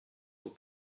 will